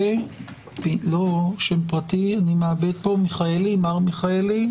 ופנחס מיכאלי.